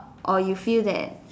or you feel that